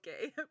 Okay